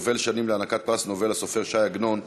יובל להענקת פרס נובל לסופר ש"י עגנון,